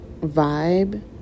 vibe